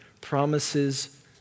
promises